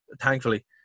Thankfully